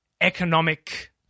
economic